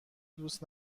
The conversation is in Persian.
دوست